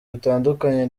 bitandukanye